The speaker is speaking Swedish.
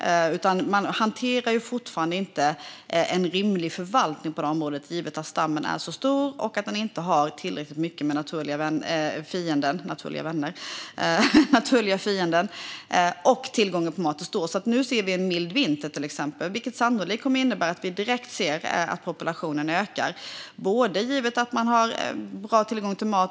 Det är fortfarande inte en rimlig förvaltning, givet att stammen är så stor, att den inte har tillräckligt många naturliga fiender och att tillgången på mat är stor. Nu har vi till exempel en mild vinter. Det kommer sannolikt att innebära att populationen ökar direkt, eftersom det är god tillgång på mat.